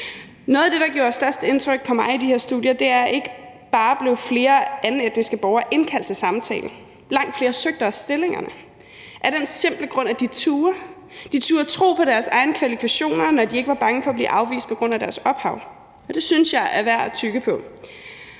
Noget af det, der gjorde størst indtryk på mig i de her studier, var, at ikke bare blev flere borgere af enden etnisk herkomst indkaldt til samtale, men langt flere søgte også stillingerne af den simple grund, at de turde. De turde tro på deres egne kvalifikationer, når de ikke var bange for at blive afvist på grund af deres ophav, og det synes jeg er værd at tygge på.